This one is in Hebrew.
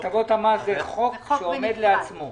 הטבות המס זה חוק שעומד לעצמו.